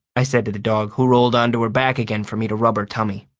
i said to the dog, who rolled onto her back again for me to rub her tummy.